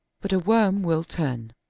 but a worm will turn.